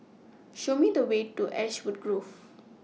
Show Me The Way to Ashwood Grove